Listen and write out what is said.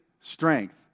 strength